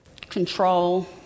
control